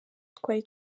twari